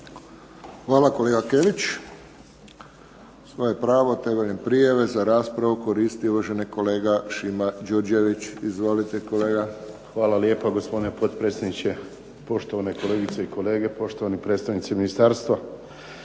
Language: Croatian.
Hvala, kolega Kelić. Svoje pravo temeljem prijave za raspravu koristi uvaženi kolega Šima Đurđević. Izvolite kolega. **Đurđević, Šimo (HDZ)** Hvala lijepo, gospodine potpredsjedniče. Poštovane kolegice i kolege, poštovani predstavnici ministarstva.